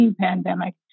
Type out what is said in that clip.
pandemic